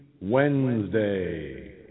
Wednesday